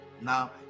now